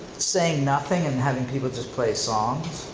saying nothing and having people just play songs,